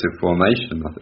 formation